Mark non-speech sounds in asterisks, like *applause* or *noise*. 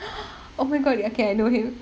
*noise* oh my god okay I know him